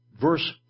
Verse